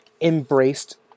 embraced